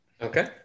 Okay